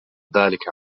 ذلك